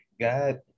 God